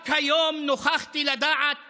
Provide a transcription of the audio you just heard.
רק היום נוכחתי לדעת